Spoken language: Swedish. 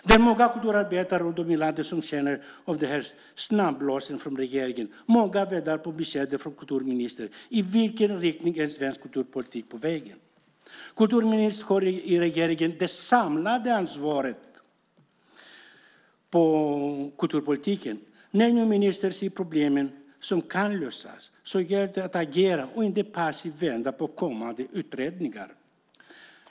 Det är många kulturarbetare runt om i landet som känner av den här snålblåsten från regeringen. Många väntar på besked från kulturministern. I vilken riktning är svensk kulturpolitik på väg? Kulturministern har i regeringen det samlade ansvaret för kulturpolitiken. När nu ministern ser de problem som kan lösas gäller det att agera, och inte passivt vänta på kommande utredningar.